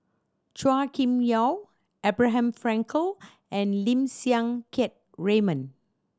Chua Kim Yeow Abraham Frankel and Lim Siang Keat Raymond